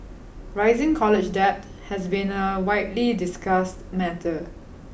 rising college debt has been a widely discussed matter